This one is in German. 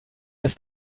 des